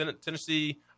Tennessee